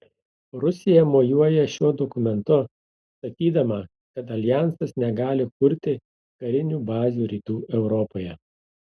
rusija mojuoja šiuo dokumentu sakydama kad aljansas negali kurti karinių bazių rytų europoje